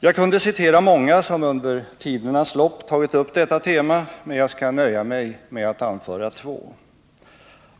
Jag kunde citera många som under tidernas lopp har tagit upp detta tema men skall nöja mig med att anföra två.